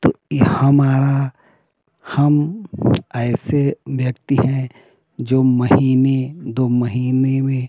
तो ये हमारा हम ऐसे व्यक्ति हैं जो महीने दो महीने में